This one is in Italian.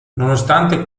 nonostante